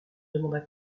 demanda